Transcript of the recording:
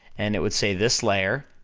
and it would say this layer,